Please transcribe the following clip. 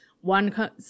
One